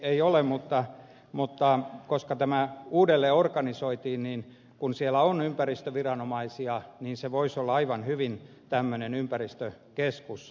ei ole mutta koska tämä uudelleenorganisoitiin siellä on ympäristöviranomaisia ja se voisi olla aivan hyvin tämmöinen ympäristökeskus